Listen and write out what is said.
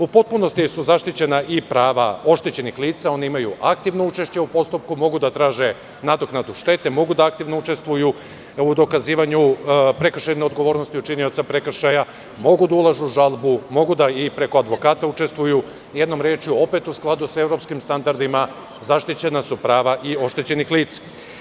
U potpunosti su zaštićena i prava oštećenih lica, oni imaju aktivno učešće u postupku, mogu da traže nadoknadu štete, mogu da aktivno učestvuju u dokazivanju prekršajne odgovornosti učinioca prekršaja, mogu da ulažu žalbu, mogu da i preko advokata učestvuju, jednom rečju, opet u skladu sa evropskim standardima, zaštićena su i prava oštećenih lica.